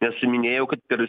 nes minėjau kad per